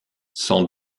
sans